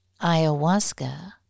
Ayahuasca